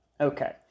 Okay